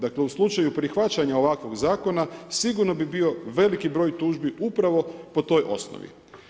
Dakle, u slučaju prihvaćanja ovakvog zakona, sigurno bi bio veliki broj tužbi upravo po toj osnovi.